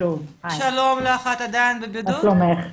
אני אציין שביקשתי מצע לדיון ולא קיבלתי ולא הייתי מעורבת קודם בנושא